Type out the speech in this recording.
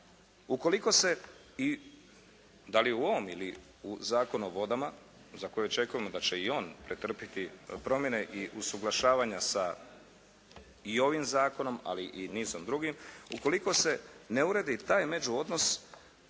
ukoliko se i da li u ovom ili u Zakonu o vodama za koji očekujemo da će i on pretrpjeti promjene i usuglašavanja sa i ovim zakonom ali i nizom drugih. Ukoliko se ne uredi taj međuodnos